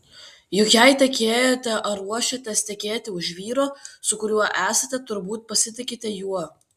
juk jei tekėjote ar ruošiatės tekėti už vyro su kuriuo esate turbūt pasitikite juo